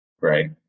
right